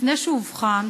לפני שהוא אובחן,